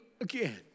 again